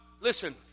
listen